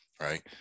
right